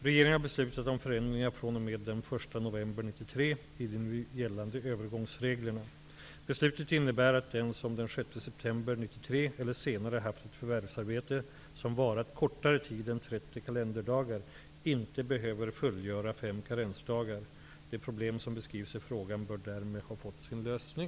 Regeringen har beslutat om förändringar fr.o.m. kalenderdagar inte behöver fullgöra fem karensdagar. De problem som beskrivs i frågan bör därmed ha fått sin lösning.